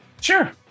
Sure